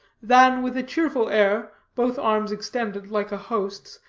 than with a cheerful air, both arms extended like a host's,